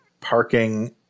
parking